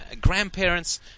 grandparents